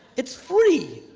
it's free!